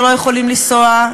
שלא יכולים לנסוע,